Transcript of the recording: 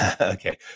Okay